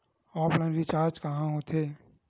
Offline recharge कहां होथे?